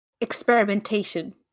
experimentation